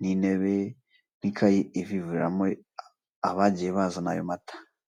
n'intebe n'ikayi ivivuriramo abagiye bazana ayo mata.